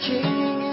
King